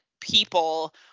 people